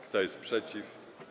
Kto jest przeciw?